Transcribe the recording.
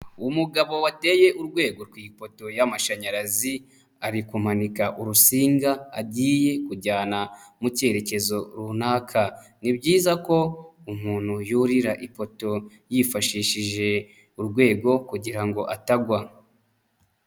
Umugabo wateye urwego ku ipoto y'amashanyarazi, ari kumanika urusinga agiye kujyana mu kerekezo runaka. Ni byiza ko umuntu yurira ipoto yifashishije urwego kugira ngo atagwa.